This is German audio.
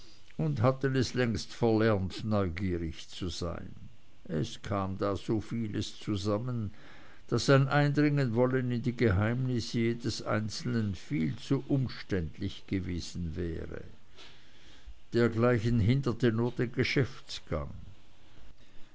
und hatten es längst verlernt neugierig zu sein es kam da so vieles zusammen daß ein eindringenwollen in die geheimnisse jedes einzelnen viel zu umständlich gewesen wäre dergleichen hinderte nur den